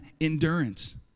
endurance